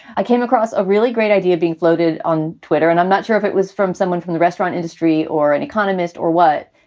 i came across a really great idea being floated on twitter, and i'm not sure if it was from someone from the restaurant industry or an economist or what.